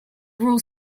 rules